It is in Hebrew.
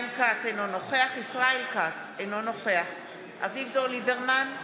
אינו נוכח ישראל כץ, אינו נוכח אביגדור ליברמן,